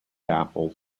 apple